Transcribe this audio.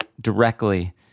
directly